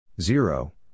Zero